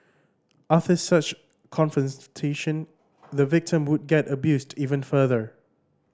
after such a confrontation the victim would get abused even further